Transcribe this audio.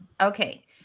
Okay